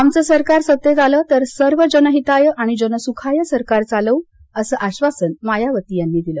आमचं सरकार सत्तेत आलं तर सर्व जनहिताय आणि जनसुखाय सरकार चालवू असं आश्वासन मायावती यांनी यावेळी दिलं